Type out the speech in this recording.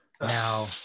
Now